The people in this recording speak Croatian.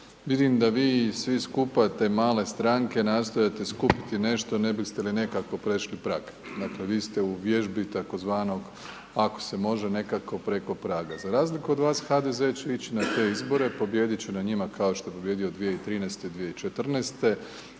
vidim da vi svi skupa te male stranke, nastojite skupiti nešto, ne biste li nekako prešli prag, dakle vi ste u vježbi tzv. ako se može nekako preko praga. Za razliku od vas, HDZ će ići na te izbore, pobijedit će na njima kao što je pobijedio 2013. i 2014.,